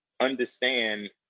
understand